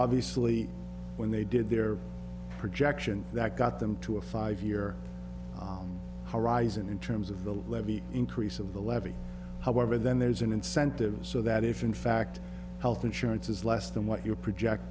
obviously when they did their projection that got them to a five year horizon in terms of the levy increase of the levy however then there's an incentive so that if in fact health insurance is less than what your project